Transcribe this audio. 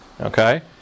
Okay